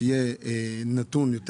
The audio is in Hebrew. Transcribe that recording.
שהוא יהיה יותר מדויק,